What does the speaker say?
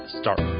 start